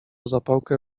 zapałkę